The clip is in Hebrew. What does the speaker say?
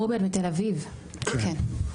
רובי, מתל אביב, כן.